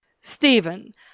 Stephen